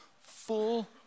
full